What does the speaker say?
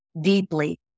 deeply